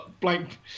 blank